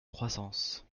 croissance